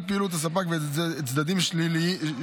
על פעילות הספק וצדדים שלישיים,